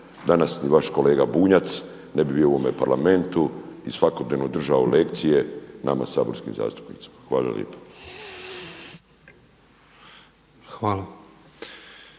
danas niti vaš kolega Bunjac ne bi bio u ovome parlamentu i svakodnevno držao lekcije nama saborskim zastupnicima. Hvala lijepa.